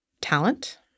talent